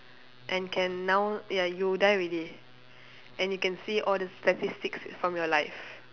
and can now ya you die already and you can see all the statistics from your life